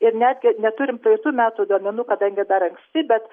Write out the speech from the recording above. ir netgi neturim praeitų metų duomenų kadangi dar anksti bet